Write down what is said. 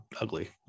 ugly